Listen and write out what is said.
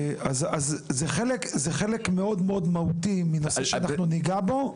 זה חלק מאוד מהותי מנושא שאנחנו נגע בו,